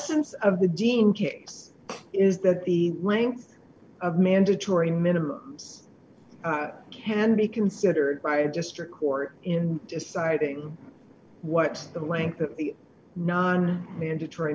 sense of the dean case is that the length of mandatory minimum can be considered by a district court in deciding what the length of the non mandatory